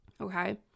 okay